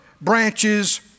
branches